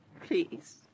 Please